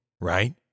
right